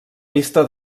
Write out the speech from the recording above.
pista